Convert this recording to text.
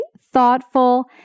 thoughtful